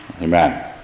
amen